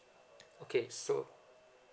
okay so